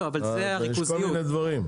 יש כל מיני דברים.